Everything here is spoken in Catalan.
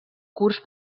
curs